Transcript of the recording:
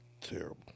Terrible